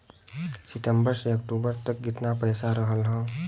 सितंबर से अक्टूबर तक कितना पैसा रहल ह?